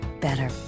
better